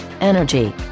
energy